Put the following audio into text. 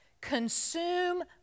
consume